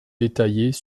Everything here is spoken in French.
détaillés